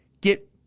get